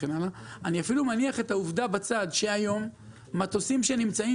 אני מניח בצד את העובדה שמטוסים שנמצאים